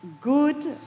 good